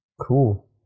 Cool